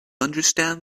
understand